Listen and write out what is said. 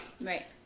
Right